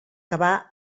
cavar